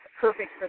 perfect